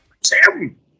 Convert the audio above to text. Sam